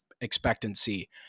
expectancy